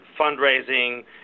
fundraising